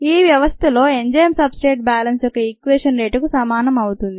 ఈ వ్యవస్థలో enzyme substrate balance యొక్క ఈక్వేషన్ రేటుకు సమానం అవుతుంది